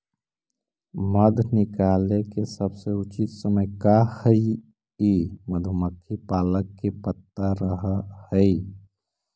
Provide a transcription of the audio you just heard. मध निकाले के सबसे उचित समय का हई ई मधुमक्खी पालक के पता रह हई